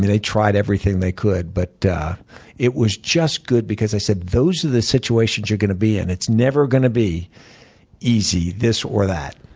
they tried everything they could. but it was just good because i said, those are the situations you're going to be in. it's never going to be easy, this or that.